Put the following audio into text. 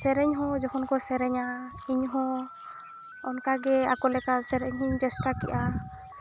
ᱥᱮᱨᱮᱧ ᱦᱚᱸ ᱡᱚᱠᱷᱚᱱ ᱠᱚ ᱥᱮᱨᱮᱧᱟ ᱤᱧᱦᱚᱸ ᱚᱱᱠᱟᱜᱮ ᱟᱠᱚ ᱞᱮᱠᱟ ᱥᱮᱨᱮᱧᱤᱧ ᱪᱮᱥᱴᱟ ᱠᱮᱜᱼᱟ